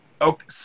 Okay